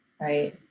right